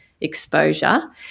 exposure